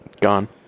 Gone